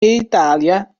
italia